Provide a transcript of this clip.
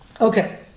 Okay